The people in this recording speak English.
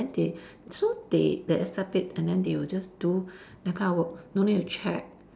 then they so they they accept it and then they will just do that kind of work no need to check